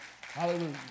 Hallelujah